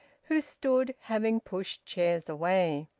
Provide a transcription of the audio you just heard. who stood, having pushed chairs away.